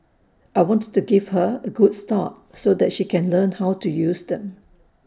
I wanted to give her A good start so that she can learn how to use them